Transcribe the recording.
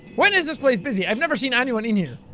when is this place busy? i've never seen anyone in here.